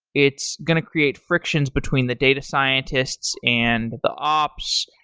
it's going to create frictions between the data scientists and the ops,